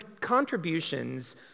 contributions